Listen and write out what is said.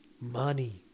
money